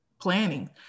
planning